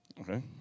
Okay